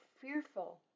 fearful